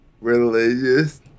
religious